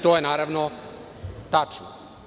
To je naravno tačno.